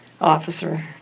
officer